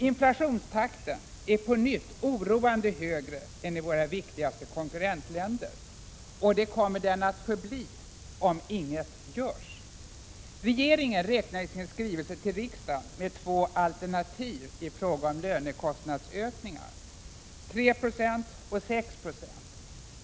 Inflationstakten är på nytt oroande mycket högre än i våra viktigaste konkurrentländer och kommer att förbli det om vi inte gör något. Regeringen räknar i sin skrivelse till riksdagen med två alternativ i fråga om lönekostnadsökningar, 3 och 6 20.